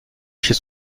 chez